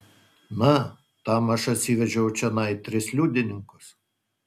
na tam aš atsivedžiau čionai tris liudininkus